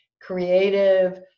creative